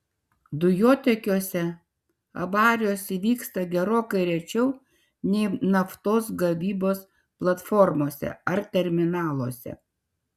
dujotiekiuose avarijos įvyksta gerokai rečiau nei naftos gavybos platformose ar terminaluose